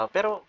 Pero